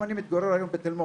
אם אני מתגורר היום בתל-מונד,